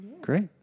Great